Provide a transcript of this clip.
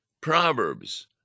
Proverbs